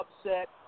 upset –